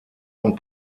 und